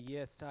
Yes